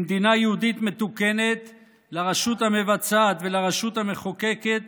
במדינה יהודית מתוקנת לרשות המבצעת ולרשות המחוקקת